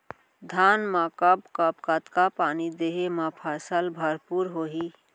धान मा कब कब कतका पानी देहे मा फसल भरपूर होही?